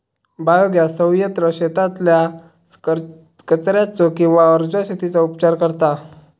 biogas संयंत्र शेतातल्या कचर्याचो किंवा उर्जा शेतीचो उपचार करता